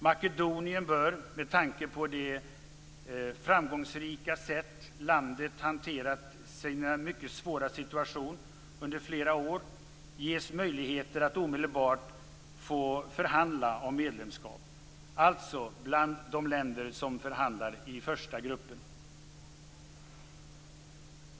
Makedonien bör - med tanke på det framgångsrika sätt landet hanterat sin mycket svåra situation under flera år - ges möjligheter att omedelbart få förhandla om medlemskap, alltså bland de länder som förhandlar i första gruppen.